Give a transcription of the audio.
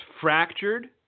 fractured